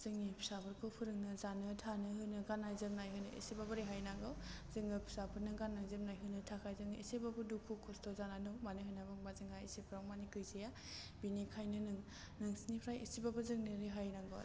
जोंनि फिसाफोरखौ फोरोंनो जानो थानो होनो गान्नाय जोमनाय होनो एसेबाबो रेहाय नांगौ जोङो फिसाफोरनो गान्नाय जोमनाय होनो थाखाय जों एसेबाबो दुखु खस्थ' जानानै दं मानो होन्नानै बुङोबा जोंहा एसेग्राबमानि गैजाया बेनिखायनो नों नोंसिनिफ्राय एसेबाबो जोंनो रेहाय नांगौ आरो